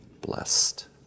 blessed